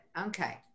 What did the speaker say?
Okay